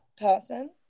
person